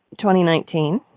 2019